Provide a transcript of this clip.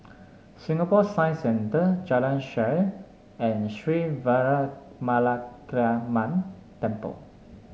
Singapore Science Centre Jalan Shaer and Sri Veeramakaliamman Temple